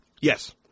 Yes